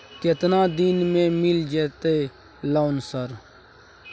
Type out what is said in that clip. केतना दिन में मिल जयते लोन सर?